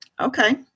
Okay